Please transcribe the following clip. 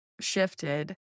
shifted